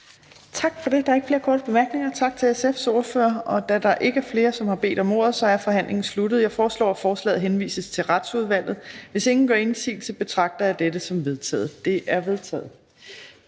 ordfører. Der er ikke flere korte bemærkninger. Da der ikke er flere, som har bedt om ordet, er forhandlingen sluttet. Jeg foreslår, at forslaget henvises til Retsudvalget. Hvis ingen gør indsigelse, betragter jeg dette som vedtaget. Det er vedtaget.